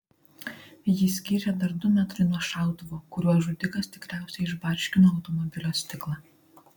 jį skyrė dar du metrai nuo šautuvo kuriuo žudikas tikriausiai išbarškino automobilio stiklą